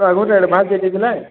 ଆଗରୁ ଆଡ଼ଭାନ୍ସ ଦେଇ ଦେଇଥିଲେ